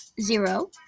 zero